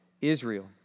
Israel